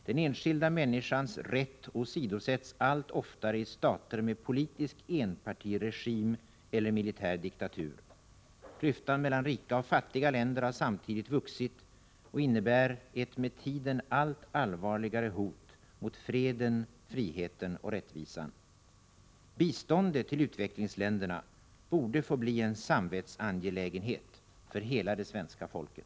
Den enskilda människans rätt åsidosätts allt oftare i stater med politisk enpartiregim eller militär diktatur. Klyftan mellan rika och fattiga länder har samtidigt vuxit och innebär ett med tiden allt allvarligare hot mot freden, friheten och rättvisan. Biståndet till utvecklingsländerna borde få bli en samvetsangelägenhet för hela det svenska folket.